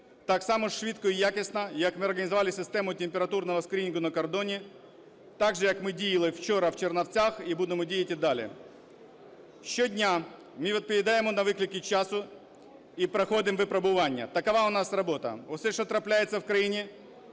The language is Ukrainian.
так само швидко і якісно, як ми організували систему температурного скринінгу на кордоні, так же, як ми діяли вчора в Чернівцях, і будемо діяти далі. Щодня ми відповідаємо на виклики часу і проходимо випробування. Така у нас робота. У все, що трапляється в країні,